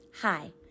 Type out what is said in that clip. Hi